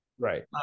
Right